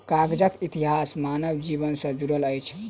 कागजक इतिहास मानव जीवन सॅ जुड़ल अछि